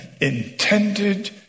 intended